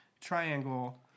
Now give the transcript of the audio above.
triangle